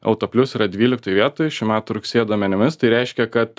autoplius yra dvyliktoj vietoj šių metų rugsėjo duomenimis tai reiškia kad